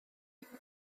roedd